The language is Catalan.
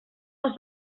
les